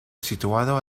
situado